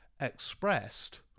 expressed